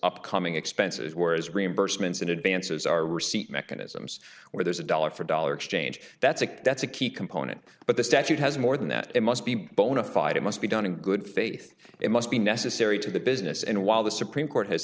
upcoming expenses where is reimbursements in advances are receipt mechanisms where there's a dollar for dollar exchange that's a that's a key component but the statute has more than that it must be bona fide it must be done in good faith it must be necessary to the business and while the supreme court has